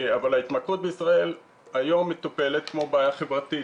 אבל ההתמכרות בישראל היום מטופלת כמו בעיה חברתית,